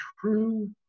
true